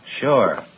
Sure